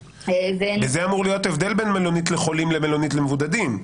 בזה אמור להיות הבדל בין מלונית לחולים למלונית למבודדים.